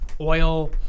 oil